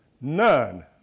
None